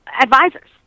advisors